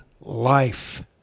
life